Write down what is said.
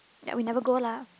ya we never go lah